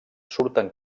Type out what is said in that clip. surten